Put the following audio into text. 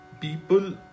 people